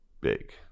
big